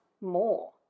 more